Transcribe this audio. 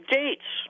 dates